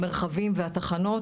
המרחבים והתחנות.